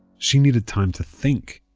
she needed time to think.